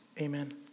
Amen